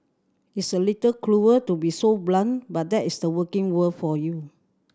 it's a little cruel to be so blunt but that is the working world for you